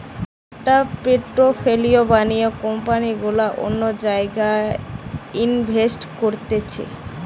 একটা পোর্টফোলিও বানিয়ে কোম্পানি গুলা অন্য জায়গায় ইনভেস্ট করতিছে